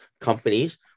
companies